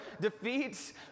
defeats